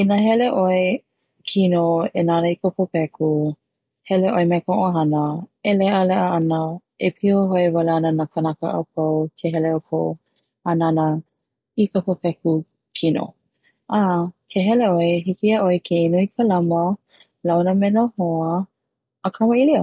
i na hele ʻoe kino e nana i ka pōpeku hele ʻoe me ka ʻohana e leʻaleʻa ana e pīhoihoi wale ana na kanaka a pau ke hele ʻoukou a nana i ka pōpeku kino a ke heleʻ oe hiki iaʻoe ke ʻinu ka lama, launa me na hoa a kamaʻilio.